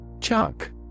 Chuck